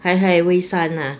hi hi hui shan ah